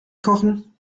kochen